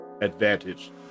advantage